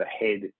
ahead